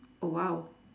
oh !wow!